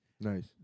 Nice